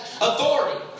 authority